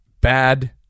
bad